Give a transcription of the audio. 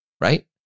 Right